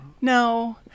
No